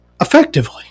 effectively